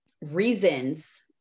reasons